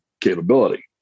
capability